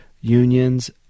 Unions